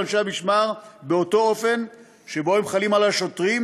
אנשי המשמר באותו אופן שבו הם חלים על השוטרים,